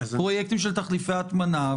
פרויקטים של תחליפי הטמנה,